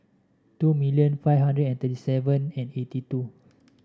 two million five hundred and thirty seven and eighty two